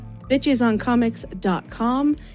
bitchesoncomics.com